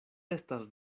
estas